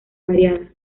variada